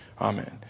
Amen